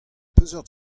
peseurt